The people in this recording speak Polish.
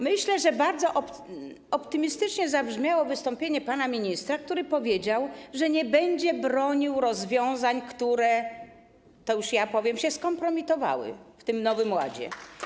Myślę, że bardzo optymistycznie zabrzmiało wystąpienie pana ministra, który powiedział, że nie będzie bronił rozwiązań, które - to już ja powiem - się skompromitowały w tym Nowym Ładzie.